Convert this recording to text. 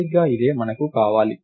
సరిగ్గా ఇదే మనకు కావాలి